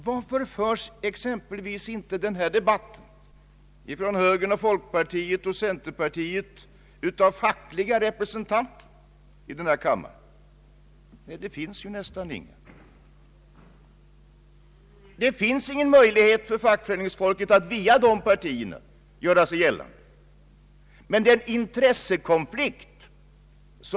Varför förs exempelvis inte den här debatten från högern, folkpartiet och centerpartiet av fackliga representanter i denna kammare? Nej, det finns ju nästan inga. Det finns ingen möjlighet för fackföreningsfolket att via de partierna göra sig gällande.